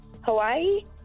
Hawaii